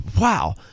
wow